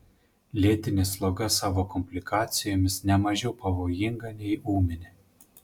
lėtinė sloga savo komplikacijomis ne mažiau pavojinga nei ūminė